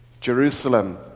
Jerusalem